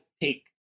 take